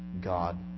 God